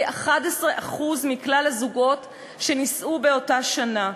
כ-11% מכלל הזוגות שנישאו באותה שנה,